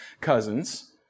cousins